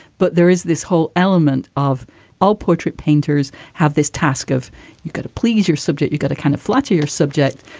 but there is this whole element of all portrait painters have this task of you could please your subject. you've got to kind of flatter your subject.